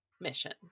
mission